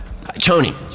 Tony